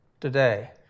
today